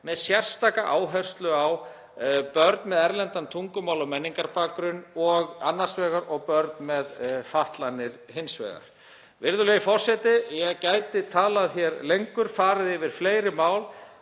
með sérstakri áherslu á börn með erlendan tungumála- og menningarbakgrunn annars vegar og börn með fatlanir hins vegar. Virðulegi forseti. Ég gæti talað lengur og farið yfir fleiri mál